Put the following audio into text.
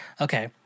Okay